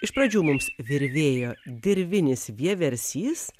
iš pradžių mums virvėjo dirvinis vieversys